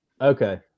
Okay